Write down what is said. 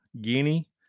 Guinea